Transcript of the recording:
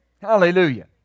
Hallelujah